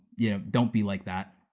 yeah don't be like that.